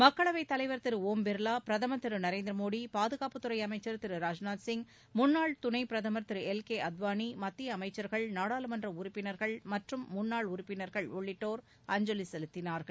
மக்களவைத் தலைவர் திரு ஒம் பிர்வா பிரதமர் திரு நரேந்திர மோடி பாதுகாப்புத்துறை அமைச்சர் திரு ராஜ்நாத் சிங் முன்னாள் துணைப் பிரதமர் திரு எல் கே அத்வாளி மத்திய அளமச்சர்கள் நாடாளுமன்ற உறுப்பினர்கள் மற்றும் முன்னாள் உறுப்பினர்கள் உள்ளிட்டோர் அஞ்சலி செலுத்தினார்கள்